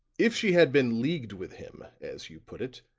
if she had been leagued with him, as you put it,